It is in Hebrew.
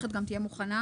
המערכת גם תהיה מוכנה?